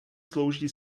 slouží